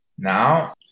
Now